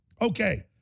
Okay